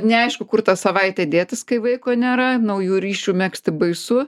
neaišku kur tą savaitę dėtis vaiko nėra naujų ryšių megzti baisu